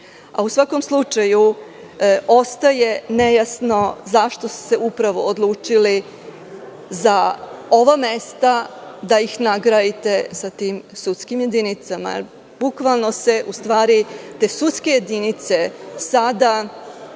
svakom slučaju ostaje nejasno zašto ste upravo odlučili za ova mesta, da ih nagradite sa tim sudskim jedinicama, jer bukvalno se, u stvari te sudske jedinice sada